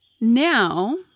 Now